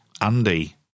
Andy